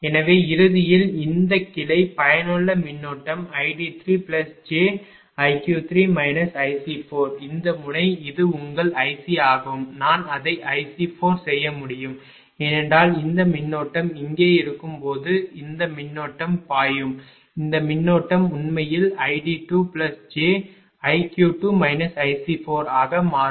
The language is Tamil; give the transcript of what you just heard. எனவே இறுதியில் இந்த கிளை பயனுள்ள மின்னோட்டம் id3j இந்த முனை இது உங்கள் iC ஆகும் நான் அதை iC4 செய்ய முடியும் ஏனென்றால் இந்த மின்னோட்டம் இங்கே இருக்கும் போது இந்த மின்னோட்டம் பாயும் இந்த மின்னோட்டம் உண்மையில் id2j ஆக மாறும்